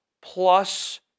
Plus